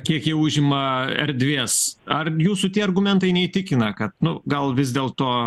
kiek jie užima erdvės ar jūsų tie argumentai neįtikina kad nu gal vis dėlto